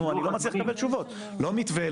לא מתווה,